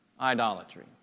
idolatry